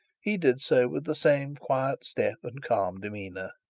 he did so with the same quiet step and calm demeanour.